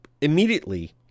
immediately